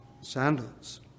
sandals